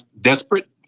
desperate